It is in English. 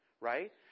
right